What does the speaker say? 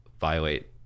violate